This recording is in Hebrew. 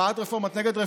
נגד המערכת,